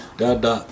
dada